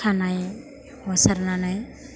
खानाइ हसारनानै